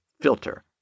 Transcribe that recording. filter